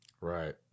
Right